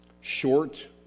short